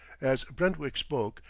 as brentwick spoke,